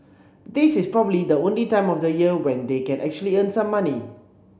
this is probably the only time of the year when they can actually earn some money